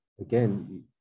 again